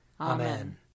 Amen